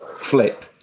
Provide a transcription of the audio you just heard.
flip